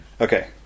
Okay